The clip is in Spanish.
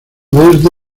desde